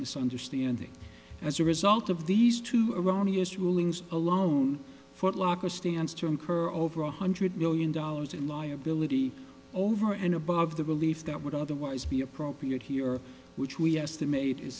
misunderstanding as a result of these two iranians rulings alone footlocker stands to incur over one hundred million dollars in liability over and above the relief that would otherwise be appropriate here which we estimate i